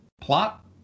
plot